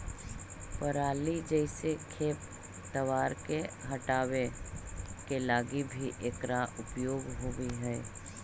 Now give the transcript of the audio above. पराली जईसे खेप तवार के हटावे के लगी भी इकरा उपयोग होवऽ हई